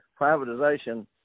privatization